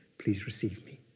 please receive me.